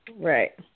Right